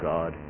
God